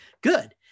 good